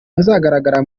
bazagaragara